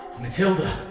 Matilda